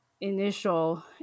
initial